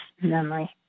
memory